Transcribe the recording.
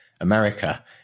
America